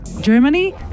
Germany